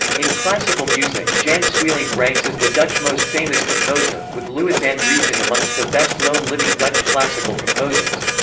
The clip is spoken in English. in classical music, jan sweelinck ranks as the dutch most famous composer, with louis andriessen amongst the best known living dutch classical composers.